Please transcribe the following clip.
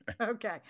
Okay